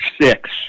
six